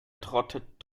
trottet